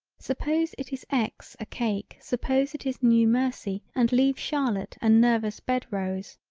suppose it is ex a cake suppose it is new mercy and leave charlotte and nervous bed rows.